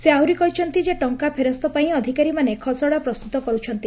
ସେ ଆହୁରି କହିଛନ୍ତି ଯେ ଟଙ୍ଙା ଫେରସ୍ତ ପାଇଁ ଅଧିକାରୀମାନେ ଖସଡା ପ୍ରସ୍ତୁତ କରୁଛନ୍ତି